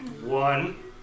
One